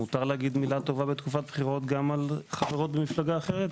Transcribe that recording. מותר להגיד מילה טובה בתקופת בחירות גם על חברות ממפלגה אחרת?